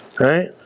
right